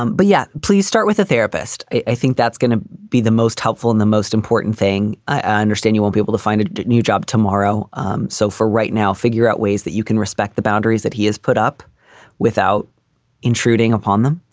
um but yeah, please start with a therapist. i think that's going to be the most helpful and the most important thing. i understand you won't be able to find a new job tomorrow. um so for right now, figure out ways that you can respect the boundaries that he has put up without intruding upon them.